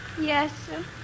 Yes